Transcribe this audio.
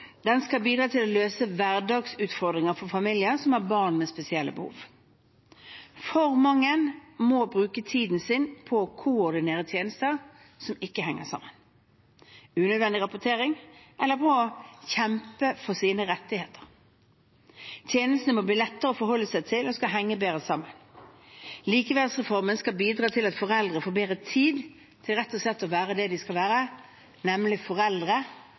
Den skal bidra til å løse hverdagsutfordringer for familier som har barn med spesielle behov. For mange må bruke tiden sin på å koordinere tjenester som ikke henger sammen, unødvendig rapportering eller bare å kjempe for sine rettigheter. Tjenestene må bli lettere å forholde seg til og skal henge bedre sammen. Likeverdsreformen skal bidra til at foreldre får bedre tid til rett og slett å være det de skal være – nemlig foreldre,